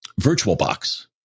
VirtualBox